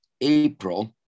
April